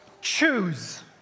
Choose